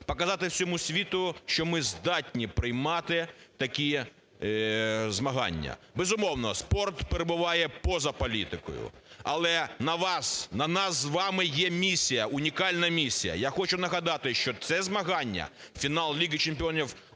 показати всьому світу, що ми здатні приймати такі змагання. Безумовно, спорт перебуває поза політикою, але на вас, на нас з вами є місія, унікальна місія. Я хочу нагадати, що це змагання, фінал Ліги чемпіонів УЄФА,